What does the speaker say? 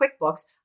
QuickBooks